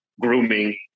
grooming